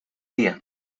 día